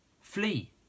Flee